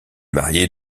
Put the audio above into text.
mariée